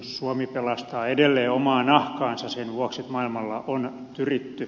suomi pelastaa edelleen omaa nahkaansa sen vuoksi että maailmalla on tyritty